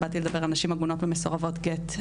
באתי לדבר על נשים עגונות ומסורבות גט.